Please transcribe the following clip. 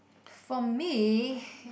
for me